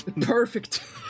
Perfect